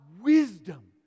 wisdom